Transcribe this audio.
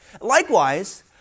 Likewise